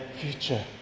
future